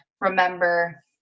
remember